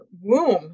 womb